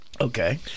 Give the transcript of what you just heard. Okay